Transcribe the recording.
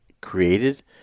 created